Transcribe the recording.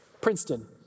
Princeton